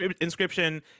inscription